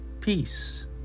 peace